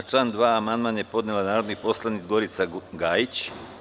Na član 2. amandman je podnela narodni poslanik Gorica Gajić.